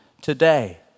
today